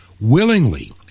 willingly